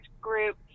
group